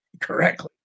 correctly